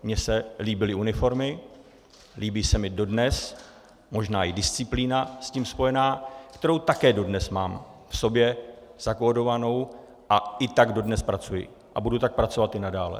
Mně se líbily uniformy, líbí se mi dodnes, možná i disciplína s tím spojená, kterou také dodnes mám v sobě zakódovanou, a i tak dodnes pracuji a budu tak pracovat i nadále.